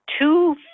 Two